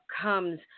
comes